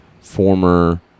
former